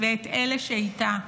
ואת אלה שאיתה?